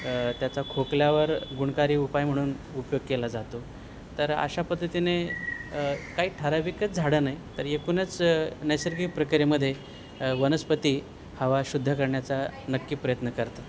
त्याचा खोकल्यावर गुणकारी उपाय म्हणून उपयोग केला जातो तर अशा पद्धतीने काही ठाराविकच झाडं नाही तर एकूणच नैसर्गिक प्रक्रियेमध्ये वनस्पती हवा शुद्ध करण्याचा नक्की प्रयत्न करतात